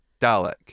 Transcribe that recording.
dalek